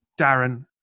Darren